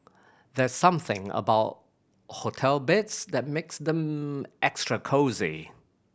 there's something about hotel beds that makes them extra cosy